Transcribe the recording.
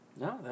No